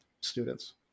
students